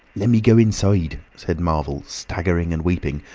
lemme go inside, said marvel, staggering and weeping,